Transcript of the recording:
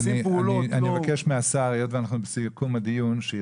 היות ואנחנו בסיכום הדיון,